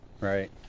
Right